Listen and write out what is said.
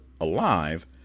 alive